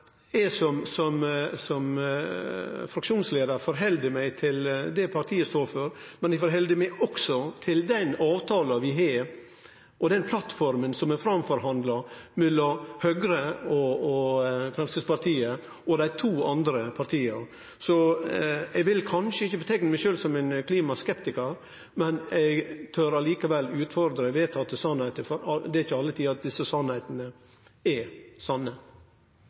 Eg som fraksjonsleiar held meg til det partiet står for, men eg held meg også til den avtalen vi har, og den plattforma som er forhandla fram mellom Høgre, Framstegspartiet og dei to andre partia. Eg vil kanskje ikkje stemple meg sjølv som ein klimaskeptikar, men eg tør likevel å utfordre vedtatte sanningar, for det er ikkje alltid at desse sanningane er sanne.